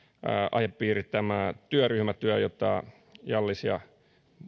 aihepiiri lienee tämä työryhmätyö jota hjallis ja